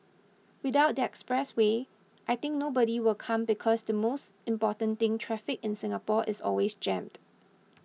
without the expressway I think nobody will come because the most important thing traffic in Singapore is always jammed